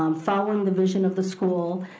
um following the vision of the school